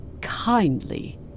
kindly